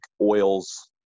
oils